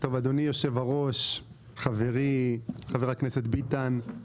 אדוני יושב-הראש, חברי חבר הכנסת ביטן,